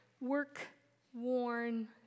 work-worn